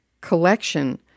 collection